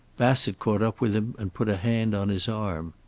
bassett caught up with him and put a hand on his arm.